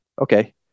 Okay